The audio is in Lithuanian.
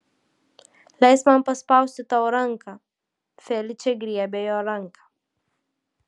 leisk man paspausti tau ranką feličė griebė jo ranką